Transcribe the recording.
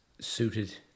suited